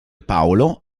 paolo